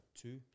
two